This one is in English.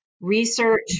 Research